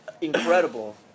incredible